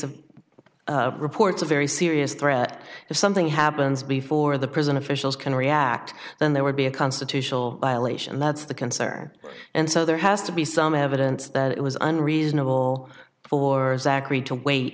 of reports a very serious threat if something happens before the prison officials can react then there would be a constitutional violation that's the concern and so there has to be some evidence that it was unreasonable for zachary to wait